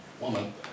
woman